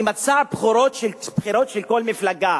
היא מצע הבחירות של כל מפלגה